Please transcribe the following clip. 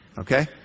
Okay